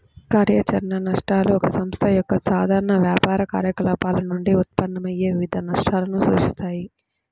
కార్యాచరణ నష్టాలు ఒక సంస్థ యొక్క సాధారణ వ్యాపార కార్యకలాపాల నుండి ఉత్పన్నమయ్యే వివిధ నష్టాలను సూచిస్తాయి